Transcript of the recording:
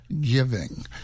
giving